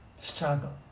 Struggle